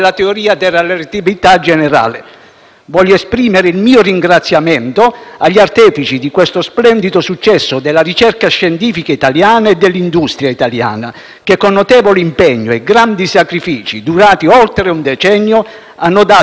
Voglio esprimere il mio ringraziamento agli artefici di questo splendido successo della ricerca scientifica italiana e dell'industria italiana, che con notevole impegno e grandi sacrifici, durati oltre un decennio, hanno dato lustro all'Italia.